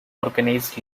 organize